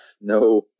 no